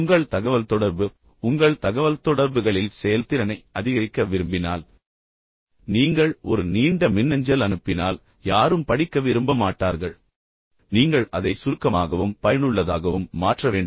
உங்கள் தகவல் தொடர்பு உங்கள் தகவல்தொடர்புகளில் செயல்திறனை அதிகரிக்க விரும்பினால் மின்னஞ்சலில் நீங்கள் நினைவில் வைத்திருந்தால் நீங்கள் ஒரு நீண்ட மின்னஞ்சல் அனுப்பினால் யாரும் படிக்க விரும்ப மாட்டார்கள் என்று நான் சொன்னேன் நீங்கள் அதை சுருக்கமாகவும் பயனுள்ளதாகவும் மாற்ற வேண்டும்